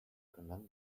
conundrum